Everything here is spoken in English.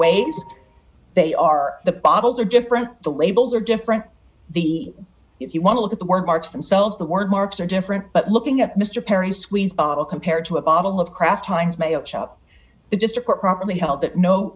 ways they are the bottles are different the labels are different the if you want to look at the word marks themselves the word marks are different but looking at mr perry squeeze bottle compared to a bottle of kraft heinz mayo chop it just report properly held that no